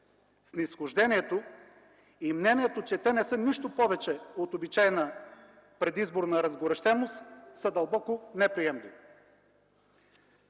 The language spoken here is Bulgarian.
снизхождението и мнението, че те не са нищо повече от обичайна предизборна разгорещеност, са дълбоко неприемливи.